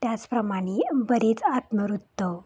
त्याचप्रमाणे बरेच आत्मवृत्त